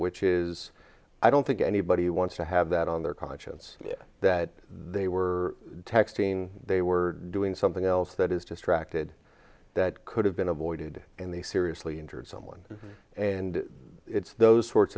which is i don't think anybody wants to have that on their conscience that they were texting they were doing something else that is distracted that could have been avoided and they seriously injured someone and it's those sorts